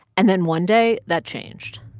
and then one day, that changed.